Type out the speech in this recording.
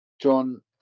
John